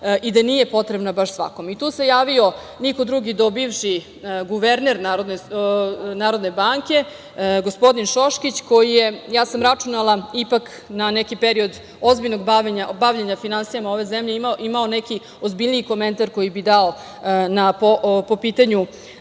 i da nije potrebna baš svakome. Tu se javio, niko drugi do bivši guverner Narodne banke gospodin Šoškić koji je, ja sam računala na neki period ozbiljnog bavljenja finansijama ove zemlje imao neki ozbiljniji komentar koji bi dao po pitanju